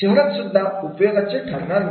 शहरातसुद्धा उपयोगाचे ठरणार नाही